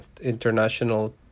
international